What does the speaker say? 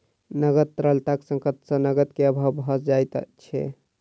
नकद तरलताक संकट सॅ नकद के अभाव भ जाइत छै